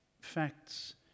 facts